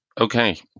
Okay